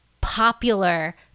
popular